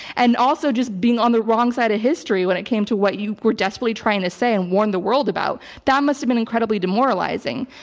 and also just being on the wrong side of history when it came to what you were desperately trying to say and warn the world about. that must have been incredibly demoralizing.